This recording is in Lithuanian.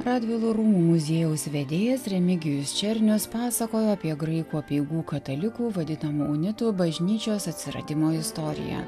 radvilų rūmų muziejaus vedėjas remigijus černius pasakojo apie graikų apeigų katalikų vadinamų unitų bažnyčios atsiradimo istoriją